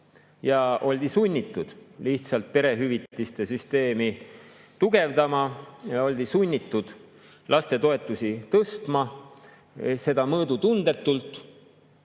ja oldi lihtsalt sunnitud perehüvitiste süsteemi tugevdama. Oldi sunnitud lastetoetusi tõstma, seda mõõdutundetult.